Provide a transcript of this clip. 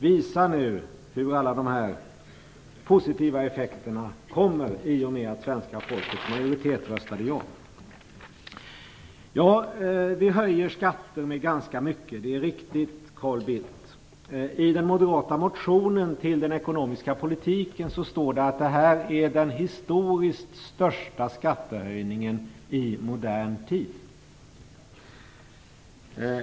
Visa nu hur alla de här positiva effekterna skall komma i och med att det svenska folkets majoritet röstade ja! Det är riktigt, Carl Bildt, att vi höjer skatter med ganska mycket. I den moderata motionen med anledning av den ekonomisk-politiska propositionen står att detta är den historiskt sett största skattehöjningen i modern tid.